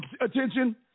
attention